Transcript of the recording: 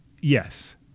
yes